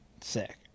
Sick